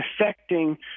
affecting